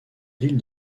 ville